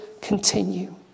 continue